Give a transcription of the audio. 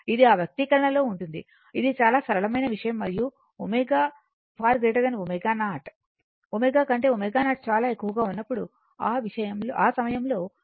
ఇది ఆ వ్యక్తీకరణలో ఉంచండి ఇది చాలా సరళమైన విషయం మరియు ω ω0 ω కంటే ω0 చాలా ఎక్కువ ఉన్నప్పుడు ఆ సమయంలో θY 90 o ఉంటుంది